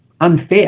unfair